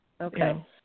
Okay